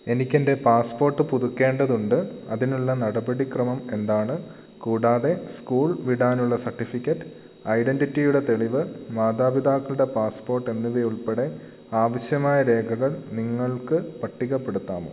എനിക്ക് എൻ്റെ പാസ്പോർട്ട് പുതുക്കേണ്ടതുണ്ട് അതിനുള്ള നടപടിക്രമം എന്താണ് കൂടാതെ സ്കൂൾ വിടാനുള്ള സർട്ടിഫിക്കറ്റ് ഐഡൻറിറ്റിയുടെ തെളിവ് മാതാപിതാക്കളുടെ പാസ്പോർട്ട് എന്നിവ ഉൾപ്പെടെ ആവശ്യമായ രേഖകൾ നിങ്ങൾക്ക് പട്ടികപ്പെടുത്താമോ